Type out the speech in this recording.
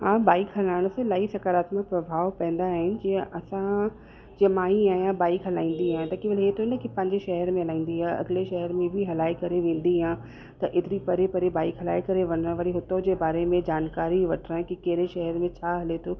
मां बाइक हलाइण से इलाही सकारात्मक प्रभाव पवंदा आहिनि जीअं असां जीअं मां ई आहियां बाइक हलाईंदी आहियां त की पंहिंजे शहर में हलंदी आहियां अगले शहर में हलाए करे वेंदी आहियां त एतिरी परे परे बाइक हलाए करे वञणु वरी हुतां जे बारे में जानकारी वठणु की कहिड़े शहर में छा हले थो